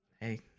Hey